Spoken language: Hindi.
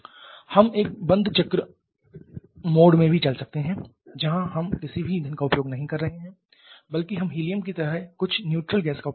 हम एक बंद चक्र मोड में भी चल सकते हैं जहां हम किसी ईंधन का उपयोग नहीं कर रहे हैं बल्कि हम हीलियम की तरह कुछ न्यूट्रल गैस का उपयोग कर रहे हैं